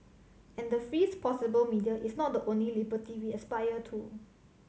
and the freest possible media is not the only liberty we aspire to